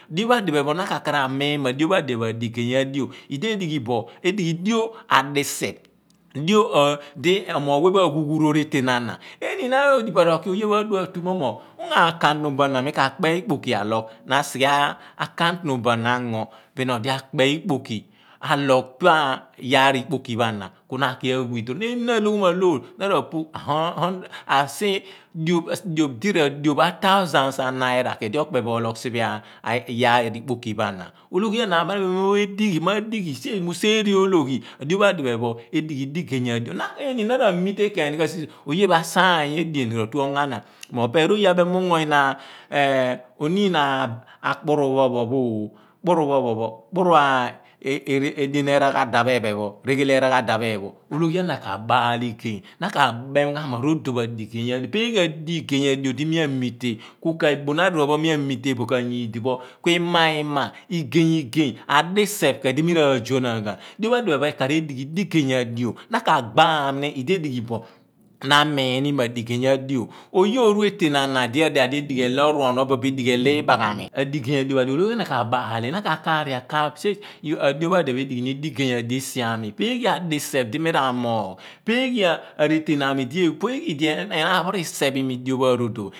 Dio pho adiphe pho na ka kaar amiin mo a ḏio pho aḏiphe pho adigey a dio idiedighi bo edighi ḏio a diseph, ḏio di omoogh weh pho maeghughu roon neteen a na, eeni na odighi pa ro ki oye maaru mo moor ungo account number ana mo mikakpe ikpoki aloogh. Na a sighe account number na ango bin odi akpe ikpoki bin aloo̱gh pa eyaar ikpoki pho a na bin na akni a withdraw eeni na ra loogho ma loor asi hun choph a̱ thousans anaira ianidi okpe bo ooloogh siphe liyaar ikpoki pho ana oologhiana abaal seon oh miu seere oologhi adio pho adiphe pho edighi digey a dio, eeni na r̍ r̀ aamite bin oye ma saaih edien ra tu onga ana opeer oge abem mo miuungo nyina oniin akpurupho phon phoooh kueen kpuru pho pho phon pho r' eghe le eraghada, eraghada phi phon pho oologhi ana ka baal igey. Na kabom ghan mo a rodon pho adigey a cho, pee ghe adigey adw di mia mii̱te kuke̱ ḇoo̱n adiroogh pho miea metch bo kuima ima, igay, disoph kue di mi raazuanaan ghan. A di̱o pho adiphe pho ekaar adigh digey a dio na ka gbaainm idieḏighibo na amiin ni mo adigey adio oye olo eetea̱n a̱na di edighe o iibaghaami naina oruoo̱mi. A ḏi gey adio pho na ku kaaph ni, akaari akaaph siey, arodo̱n pho adigey adio osiami phee̱ghe adiseph dimiraamoogh, peeghie idi enaan pho riseph imi. Adigey a dio.